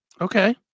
Okay